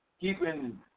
Keeping